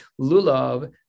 lulav